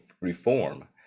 reform